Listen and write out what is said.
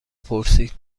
پرسید